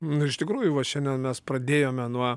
nu ir iš tikrųjų va šiandien mes pradėjome nuo